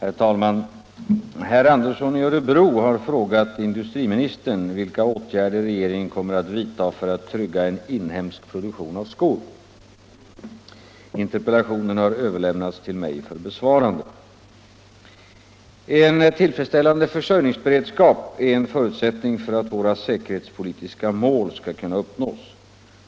Herr talman! Herr Andersson i Örebro har frågat industriministern vilka åtgärder regeringen kommer att vidta för att trygga en inhemsk produktion av skor. Interpellationen har överlämnats till mig för besvarande. En tillfredsställande försörjningsberedskap är en förutsättning för att våra säkerhetspolitiska mål skall kunna uppnås.